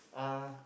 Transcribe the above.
uh